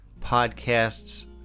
podcasts